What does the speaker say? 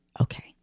Okay